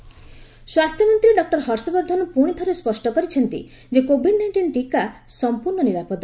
ହର୍ଷବର୍ଦ୍ଧନ ସ୍ୱାସ୍ଥ୍ୟ ମନ୍ତ୍ରୀ ଡକ୍ଟର ହର୍ଷବର୍ଦ୍ଧନ ପୁଣି ଥରେ ସ୍ୱଷ୍ଟ କରିଛନ୍ତି ଯେ କୋଭିଡ୍ ନାଇଷ୍ଟିନ୍ ଟିକା ସମ୍ପୂର୍ଣ୍ଣ ନିରାପଦ